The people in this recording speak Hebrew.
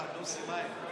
הדוסים,